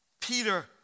peter